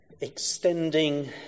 Extending